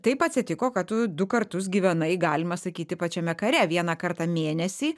taip atsitiko kad tu du kartus gyvenai galima sakyti pačiame kare vieną kartą mėnesį